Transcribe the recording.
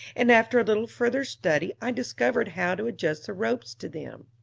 and after a little further study i discovered how to adjust the ropes to them.